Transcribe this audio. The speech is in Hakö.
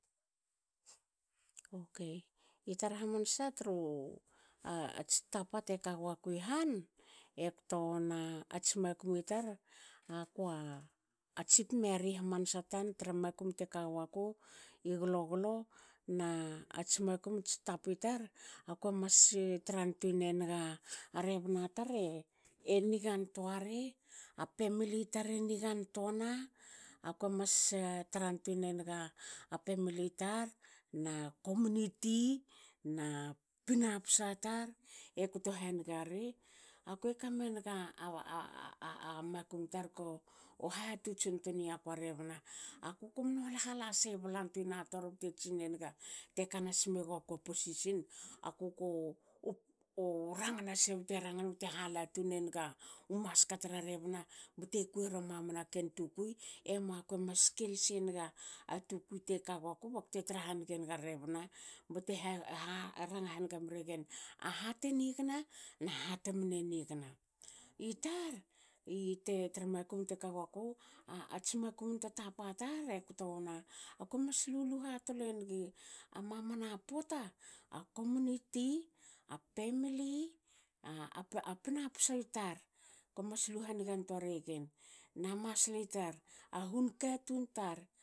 Okei itar hamansa tru ats tapa teka guaku i han ekto wona ats makum i tar akua a chief meri hmansa tan tra makum teka guaku i gloglo, na ats makum ats tapi tar akue masi tran tuine naga a rebna tar nigantoari. a pemili tar e nigantoana akue mas tran tuine niga pemili tar na na komuniti na pinapsa tar e kto hanigari. Akue kamenga makum tar ko hatots intuiniaku rebna aku komno hal hala sei blantuina tor bte tsine naga teka nas megakua position aku ko ranga bte ranga nigi bte bte hala tunen naga u maska tra rebna bte kuira mana na ken tukui emua, kue mas skel senaga a tukui teka guaku bte tra hanige naga rebna bte ranga haniga mregen ahate nigna naha temne nigna. Itar i tra makum teka guaku ats makumun tatapa tar ekto wona akue mas lulu hatole nigi a mamana pota a komuniti. a pemili. a pinapsa tar komas lu hanigan toa regen na masli tar a hunkatun tar